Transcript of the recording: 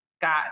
got